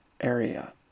area